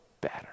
better